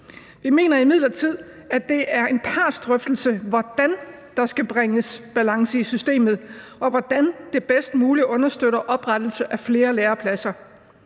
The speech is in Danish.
Vi mener imidlertid, at det er en partsdrøftelse, hvordan der skal bringes balance i systemet, og hvordan det bedst muligt understøtter oprettelse af flere lærepladser.